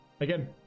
again